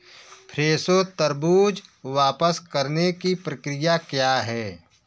Fresho तरबूज़ वापस करने की प्रक्रिया क्या है